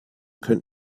könnt